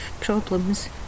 problems